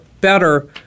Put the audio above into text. better